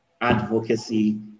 advocacy